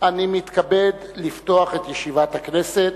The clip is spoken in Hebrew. אני מתכבד לפתוח את ישיבת הכנסת.